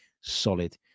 solid